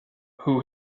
who